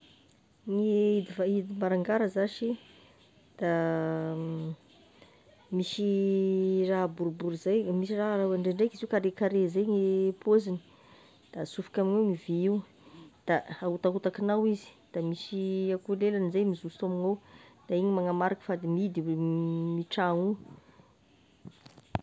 Gny hid- hidy farangara zashy, da misy raha boribory zay misy raha ndraindraika izy io karekarezay zay gne pôzigny, da asofoka amign'igny vy io da, da ahotakotakinao izy, da misy akoa lelany zay mizoso amignao, de igny magnamariky fa de mihidy io tragno io.